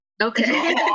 Okay